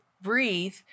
breathe